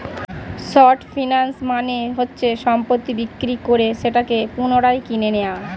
short finance মানে হচ্ছে সম্পত্তি বিক্রি করে সেটাকে পুনরায় কিনে নেয়া